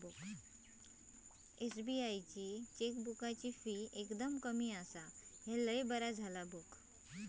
SBI ची चेकबुकाची fee एकदम कमी आसा, ह्या लय बरा झाला बघ